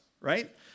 right